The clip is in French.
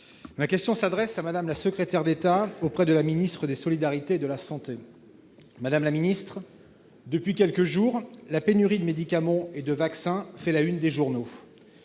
Ma question s'adresse à Mme la secrétaire d'État auprès de la ministre des solidarités et de la santé. Depuis quelques jours, la pénurie de médicaments et de vaccins fait la une des journaux.